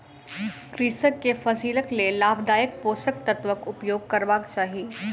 कृषक के फसिलक लेल लाभदायक पोषक तत्वक उपयोग करबाक चाही